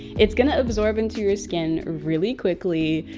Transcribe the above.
it's gonna absorb into your skin really quickly.